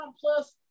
plus